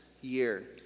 year